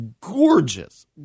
gorgeous